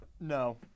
No